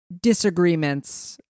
disagreements